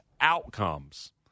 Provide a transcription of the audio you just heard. outcomes